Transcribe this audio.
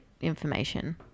information